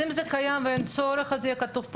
אם זה קיים ואין צורך, אז יהיה כתוב פעמיים.